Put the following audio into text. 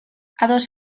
ados